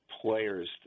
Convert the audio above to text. players